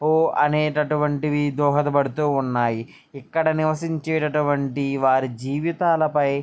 ఓ అనేటటువంటివి దోహదపడుతు ఉన్నాయి ఇక్కడ నివసించేటటువంటి వారి జీవితాలపై